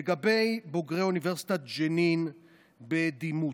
לגבי בוגרי אוניברסיטת ג'נין בדימות,